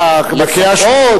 בקריאה שלישית,